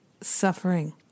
suffering